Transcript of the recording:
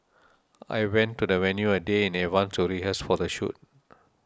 I went to the venue a day in advance to rehearse for the shoot